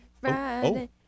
Friday